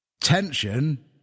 Tension